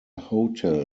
hotel